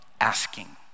asking